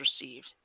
received